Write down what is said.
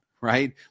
right